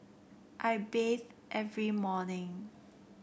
I bathe every morning